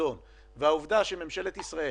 העובדה שממשלת ישראל